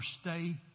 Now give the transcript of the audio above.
stay